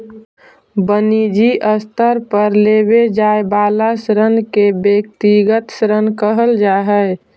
वनिजी स्तर पर लेवे जाए वाला ऋण के व्यक्तिगत ऋण कहल जा हई